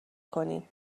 کنیم